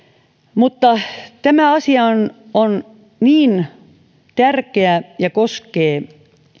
mutta tämä asia on on niin tärkeä ja koskee